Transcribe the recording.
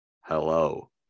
hello